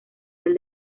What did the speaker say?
del